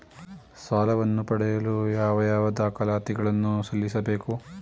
ಸಾಲವನ್ನು ಪಡೆಯಲು ಯಾವ ಯಾವ ದಾಖಲಾತಿ ಗಳನ್ನು ಸಲ್ಲಿಸಬೇಕು?